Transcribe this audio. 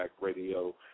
radio